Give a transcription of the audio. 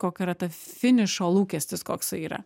kokia yra ta finišo lūkestis koksai yra